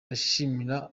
ashimira